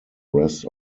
rest